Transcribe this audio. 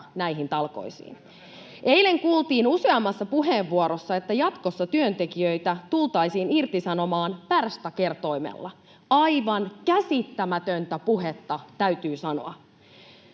[Naurua vasemmalta] Eilen kuultiin useammassa puheenvuorossa, että jatkossa työntekijöitä tultaisiin irtisanomaan pärstäkertoimella. Aivan käsittämätöntä puhetta, täytyy sanoa.